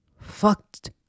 fucked